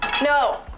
No